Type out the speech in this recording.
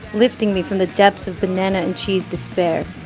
lifting me from the depths of banana-and-cheese despair